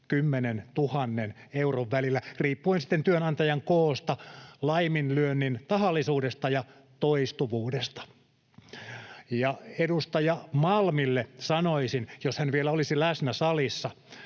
10 000 euron välillä riippuen sitten työnantajan koosta, laiminlyönnin tahallisuudesta ja toistuvuudesta. Ja edustaja Malmille sanoisin, jos hän vielä olisi läsnä salissa,